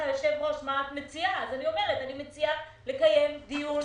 אני מציעה לקיים דיון בהול, דחוף.